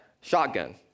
shotgun